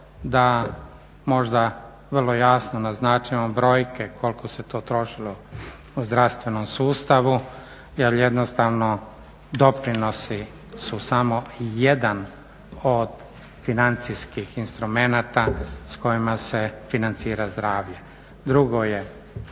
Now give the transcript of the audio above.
da možda vrlo jasno naznačimo brojke koliko se to trošilo u zdravstvenom sustavu jer jednostavno doprinosi su samo jedan od financijskih instrumenata s kojima se financira zdravlje. Drugo je